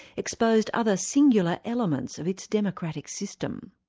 exposed other singular elements of its democratic system.